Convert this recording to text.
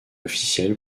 officiel